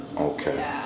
Okay